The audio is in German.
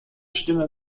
stimme